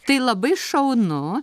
tai labai šaunu